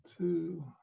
two